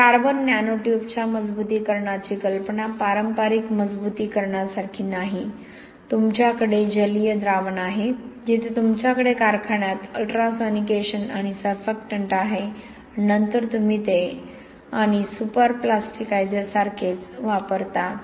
तर carbon nano ट्यूब्सच्या मजबुतीकरणाची कल्पना पारंपरिक मजबुतीकरणासारखी नाही तुमच्याकडे जलीय द्रावण आहे जिथे तुमच्याकडे कारखान्यात अल्ट्रा सोनिकेशन आणि सरफेक्टन्ट आहे आणि नंतर तुम्ही ते आणि सुपरप्लास्टिकायझरसारखेच वापरता